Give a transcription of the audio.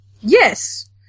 Yes